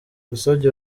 yasabye